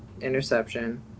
interception